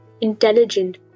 intelligent